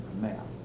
map